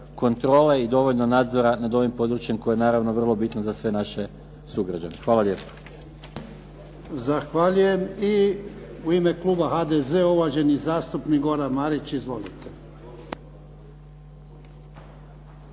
kontrole i dovoljno nadzora nad ovim područjem koje je naravno vrlo bitno za sve naše sugrađane. Hvala lijepo. **Jarnjak, Ivan (HDZ)** Zahvaljujem. I u ime Kluba HDZ-a uvaženi zastupnik Goran Marić. Izvolite.